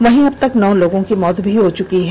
वहीं अबतक नौ लोगों की मौत हो चुकी है